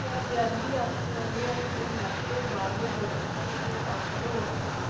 क्या देआली आस्तै अगले हफ्तै मैप्रो बार्ले वॉटर पर कोई ऑफर होग